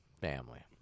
family